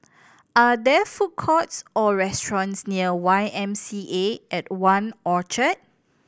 are there food courts or restaurants near Y M C A at One Orchard